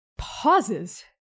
pauses